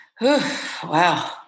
Wow